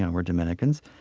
and we're dominicans.